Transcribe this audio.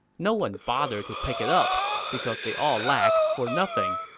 no one bothered to pick it up because they all lacked for nothing.